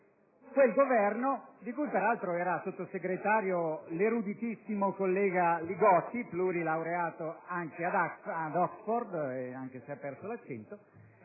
all'Esecutivo di cui peraltro era sottosegretario l'eruditissimo collega Li Gotti (plurilaureato, anche ad Oxford - anche se ha perso l'accento